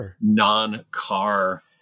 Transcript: non-car